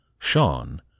Sean